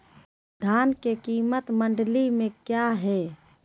धान के कीमत मंडी में क्या है?